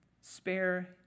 Spare